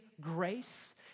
grace